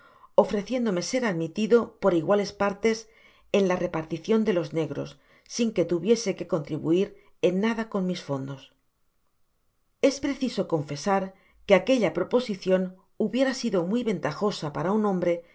ofreciéndome ser admitid por iguales parles en la reparticion de los negros sin que tuviese quo contribuir en nada con mis fondos es preciso confesar que aquella proposicion hubiera sido muy ventajosa para un hombre que